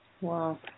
Wow